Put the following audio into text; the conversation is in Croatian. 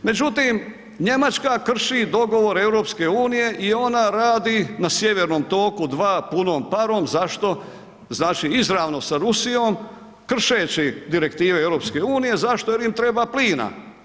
Međutim, Njemačka krši dogovor EU-a i ona radi na Sjevernom toku II punom parom, zašto, znači izravno sa Rusijom, kršeći direktive EU-a, zašto, jer im treba plina.